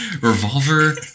Revolver